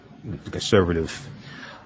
conservative